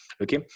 Okay